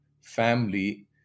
family